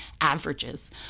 averages